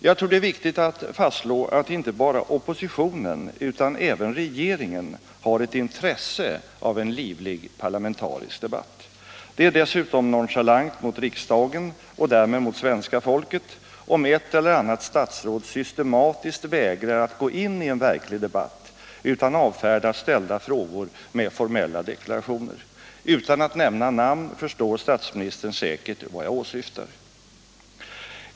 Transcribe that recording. Jag tror det är viktigt att fastslå att inte bara oppositionen utan även regeringen har ett intresse av en livlig parlamentarisk debatt. Det är dessutom nonchalant mot riksdagen, och därmed mot svenska folket, om ett eller annat statsråd systematiskt vägrar att gå in i en verklig debatt och avfärdar ställda frågor med formella deklarationer. Utan att jag nämner namn förstår statsministern säkert vad jag åsyftar.